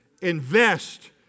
Invest